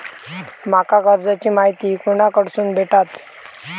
माका कर्जाची माहिती कोणाकडसून भेटात?